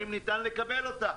האם ניתן לקבל אותה?